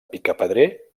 picapedrer